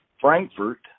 Frankfurt